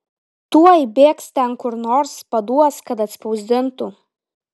tuoj bėgs ten kur nors paduos kad atspausdintų